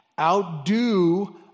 outdo